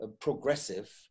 progressive